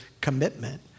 commitment